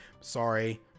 sorry